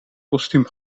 kostuum